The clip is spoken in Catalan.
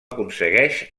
aconsegueix